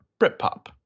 Britpop